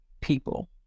people